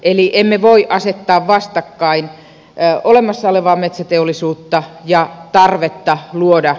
eli emme voi asettaa vastakkain olemassa olevaa metsäteollisuutta ja tarvetta luoda